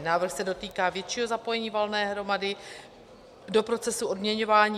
Návrh se dotýká většího zapojení valné hromady do procesu odměňování.